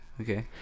okay